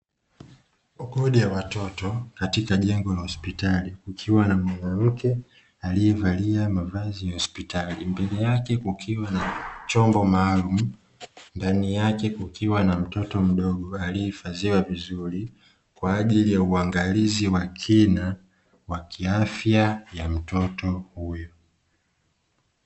Wodi ya watoto katika jengo la hospitali, kukiwa na mwanamke aliyevalia mavazi ya hospitali, mbele yake kukiwa na chombo maalumu, ndani yake kukiwa na mtoto mdogo, aliyehifadhiwa vizuri, kwa ajili ya uangalizi wa kina wa kiafya ya mtoto huyu.